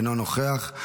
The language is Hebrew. אינו נוכח.